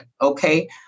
okay